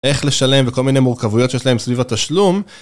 איך לשלם וכל מיני מורכבויות שיש להם סביב התשלום.